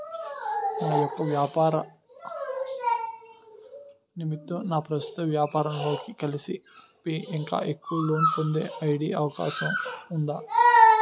నా యెక్క వ్యాపార నిమిత్తం నా ప్రస్తుత వ్యాపార లోన్ కి కలిపి ఇంకా ఎక్కువ లోన్ పొందే ఒ.డి అవకాశం ఉందా?